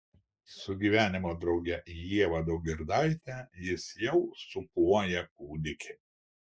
su gyvenimo drauge ieva daugirdaite jis jau sūpuoja kūdikį